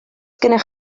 gennych